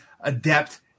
adept